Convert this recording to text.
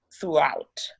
throughout